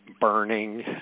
burning